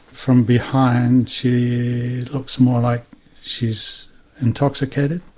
from behind she looks more like she's intoxicated